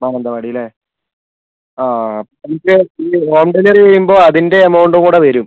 മാനന്തവാടി അല്ലെ അ home delivery ചെയ്യുമ്പോൾ അതിൻ്റെ എമൗണ്ട് കൂടി വരും